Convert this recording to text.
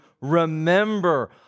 remember